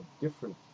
different